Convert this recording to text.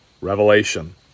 revelation